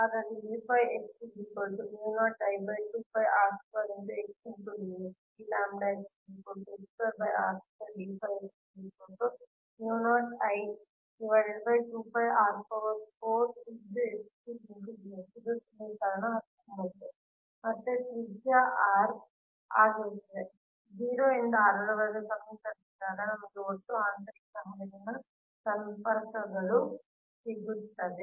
ಹಾಗಾಗಿ ಇದು ಸಮೀಕರಣ 19 ಮತ್ತೆ ತ್ರಿಜ್ಯ r ಆಗಿರುತ್ತದೆ 0 ಯಿಂದ r ವರೆಗೆ ಸಮಿಕರಿಸಿದಾಗ ನಮಗೆ ಒಟ್ಟು ಆಂತರಿಕ ಹರಿವಿನ ಸಂಪರ್ಕಗಳು ಸಿಗುತ್ತದೆ